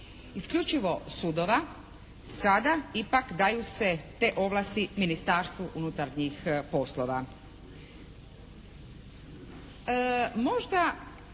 isključivo sudova, sada ipak daju se te ovlasti Ministarstvu unutarnjih poslova.